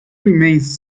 remains